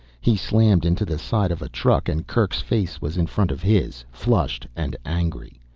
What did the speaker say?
he slammed into the side of a truck and kerk's face was in front of his, flushed and angry.